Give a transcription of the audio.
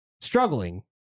struggling